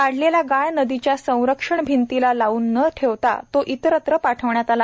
काढलेला गाळ नदीच्या संरक्षण भिंतीला लावून न ठेवता तो इतरत्र पाठविण्यात आला